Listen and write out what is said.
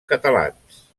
catalans